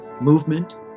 movement